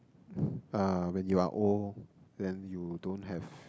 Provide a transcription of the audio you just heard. uh when you are old then you don't have